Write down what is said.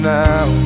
now